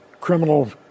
criminal